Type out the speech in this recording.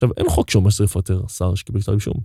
עכשיו, אין חוק שאומר שצריך לפטר שר שקיבל כתב אישום.